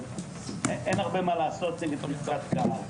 אין הרבה מה לעשות נגד פריצת קהל.